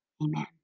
Amen